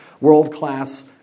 world-class